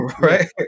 Right